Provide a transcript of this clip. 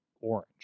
orange